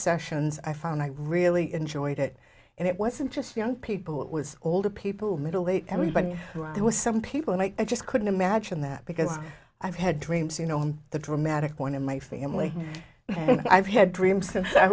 sessions i found i really enjoyed it and it wasn't just young people it was older people middle aged everybody there was some people and i just couldn't imagine that because i've had dreams you know the dramatic point in my family and i've had dreams since i